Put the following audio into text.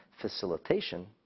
facilitation